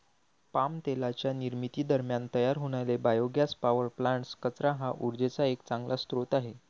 palm तेलाच्या निर्मिती दरम्यान तयार होणारे बायोगॅस पॉवर प्लांट्स, कचरा हा उर्जेचा एक चांगला स्रोत आहे